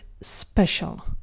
special